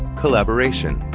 collaboration,